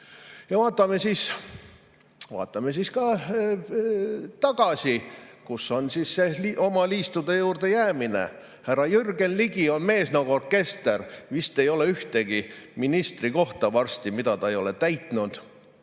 Vaatame siis tagasi, kus on see oma liistude juurde jäämine. Härra Jürgen Ligi on mees nagu orkester. Varsti vist ei ole ühtegi ministrikohta, mida ta ei oleks täitnud.